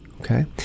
Okay